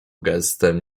gestem